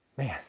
Man